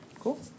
Cool